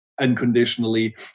unconditionally